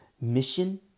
mission